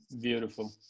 Beautiful